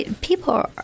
people